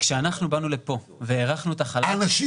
כשאנחנו באנו לפה והארכנו את החל"תים --- האנשים